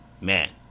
man